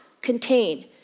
contain